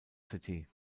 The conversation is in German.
city